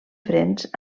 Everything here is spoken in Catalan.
frens